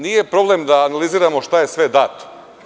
Nije problem da analiziramo šta je sve dato.